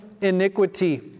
iniquity